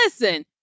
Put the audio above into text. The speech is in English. listen